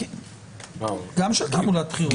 גם של תעמולת בחירות.